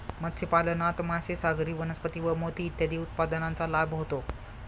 मत्स्यपालनात मासे, सागरी वनस्पती व मोती इत्यादी उत्पादनांचा लाभ होतो